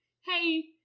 Hey